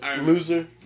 loser